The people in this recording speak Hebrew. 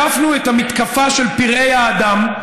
הדפנו את המתקפה של פראי האדם.